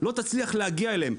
לא תצליח להגיע אליהם,